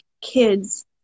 kids